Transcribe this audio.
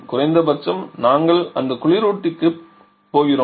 குறைந்த பட்சம் நாங்கள் அதே குளிரூட்டலுக்குப் போகிறோம்